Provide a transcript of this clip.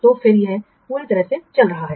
तो फिर यह पूरी तरह से चल रहा है